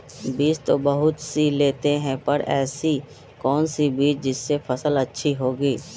बीज तो बहुत सी लेते हैं पर ऐसी कौन सी बिज जिससे फसल अच्छी होगी?